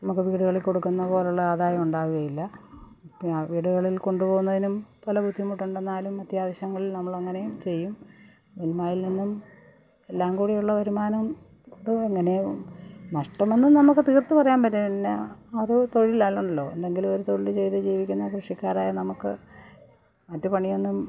നമ്മള്ക്ക് വീടുകളിൽ കൊടുക്കുന്നതുപോലെയുള്ള ആദായം ഉണ്ടാവുകയില്ല വീടുകളിൽ കൊണ്ടുപോകുന്നതിനും പല ബുദ്ധിമുട്ടുണ്ട് എന്നാലും അത്യവശ്യങ്ങളിൽ നമ്മൾ അങ്ങനേം ചെയ്യും മില്മായില് നിന്നും എല്ലാം കുടി ഉള്ള വരുമാനം അങ്ങനെ നഷ്ടമെന്ന് നമുക്ക് തീർത്തു പറയാൻ പറ്റില്ല അത് തൊഴിൽ ആണല്ലോ എന്തെങ്കിലും ഒരു തൊഴില് ചെയ്ത് ജീവിക്കുന്ന കൃഷിക്കാരായ നമുക്ക് മറ്റു പണിയൊന്നും